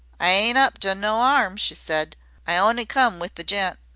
i ain't up to no arm, she said i on'y come with the gent.